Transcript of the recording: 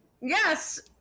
Yes